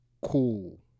cool